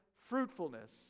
fruitfulness